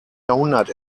jahrhundert